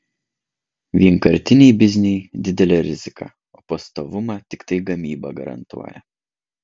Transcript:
vienkartiniai bizniai didelė rizika o pastovumą tiktai gamyba garantuoja